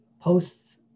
posts